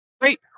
Great